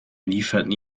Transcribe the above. lieferten